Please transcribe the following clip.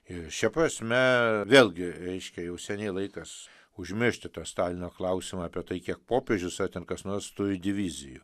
ir šia prasme vėlgi reiškia jau seniai laikas užmiršti tą stalino klausimą apie tai kiek popiežius ar ten kas nors turi divizijų